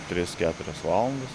tris keturias valandas